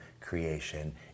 creation